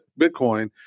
Bitcoin